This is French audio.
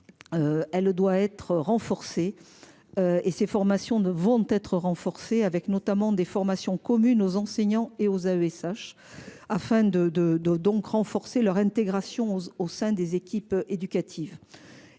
Elle doit être renforcée. Et ces formations ne vont être renforcées avec notamment des formations communes aux enseignants et aux AESH afin de de de donc renforcer leur intégration au sein des équipes éducatives.